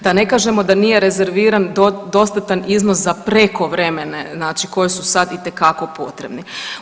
Da ne kažemo da nije rezerviran dostatan iznos za prekovremene, znači koje su sad itekako potrebni.